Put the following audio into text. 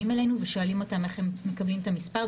אלינו ושואלים אותם איך הם מקבלים את המספר.